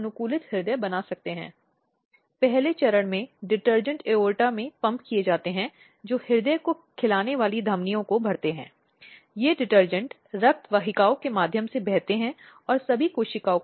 कई भारतीय महिलाओं के पास स्वतंत्र आर्थिक स्थिति नहीं है जिसके कारण वे केवल परिवार पर निर्भर हैं वह है उसके आर्थिक अस्तित्व के लिए पति और उसका परिवार